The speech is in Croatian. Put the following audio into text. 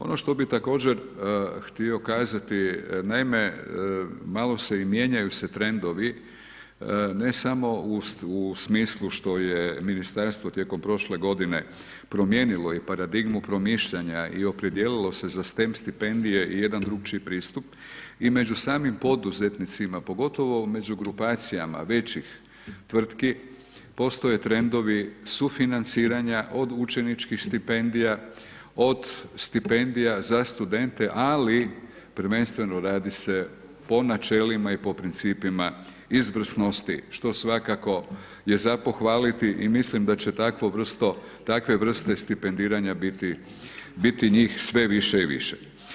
Ono što bi također htio kazati, naime malo se i mijenjaju se trendovi, ne samo u smislu što je ministarstvo tijekom prošle godine promijenilo i paradigmu promišljanja i opredijelilo se za stem stipendije i jedan drukčiji pristup i među samim poduzetnicima, pogotovo među grupacijama većih tvrtki postoje trendovi sufinanciranja od učeničkih stipendija, od stipendija za studente, ali prvenstveno radi se po načelima i po principima izvrsnosti što svakako je za pohvaliti i mislim da će takve vrste stipendiranja biti, biti njih sve više i više.